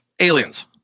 aliens